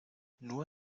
nur